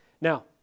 Now